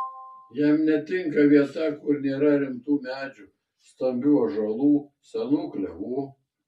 jam netinka vieta kur nėra rimtų medžių stambių ąžuolų senų klevų